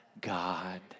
God